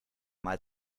mal